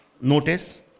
notice